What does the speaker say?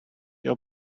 your